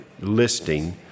listing